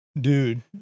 dude